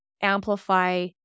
amplify